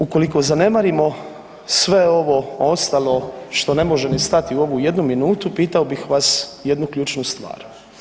Ukoliko zanemarimo sve ovo ostalo što ne može ni stati u ovu jednu minutu, pitao bih vas jednu ključnu stvar.